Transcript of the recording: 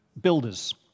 builders